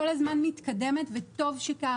כל הזמן מתקדמת, וטוב שכך.